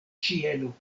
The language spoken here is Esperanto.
ĉielo